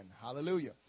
Hallelujah